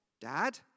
dad